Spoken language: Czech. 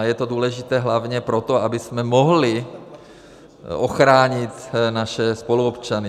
Je to důležité hlavně proto, abychom mohli ochránit naše spoluobčany.